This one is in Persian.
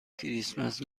کریسمس